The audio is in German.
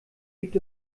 gibt